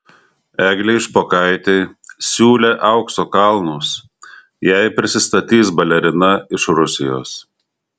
eglei špokaitei siūlė aukso kalnus jei prisistatys balerina iš rusijos